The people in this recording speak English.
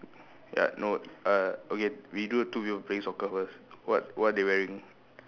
ya no uh okay we do the two people playing soccer first what what they wearing